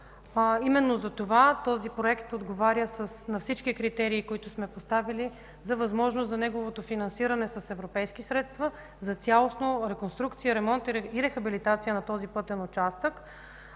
Именно затова този проект отговаря на всички критерии, които сме поставяли за възможност за неговото финансиране с европейски средства за цялостна реконструкция, ремонт и рехабилитация на този пътен участък